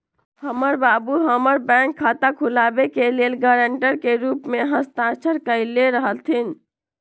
हमर बाबू हमर बैंक खता खुलाबे के लेल गरांटर के रूप में हस्ताक्षर कयले रहथिन